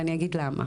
ואגיד למה.